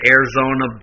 Arizona